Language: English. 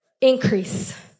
Increase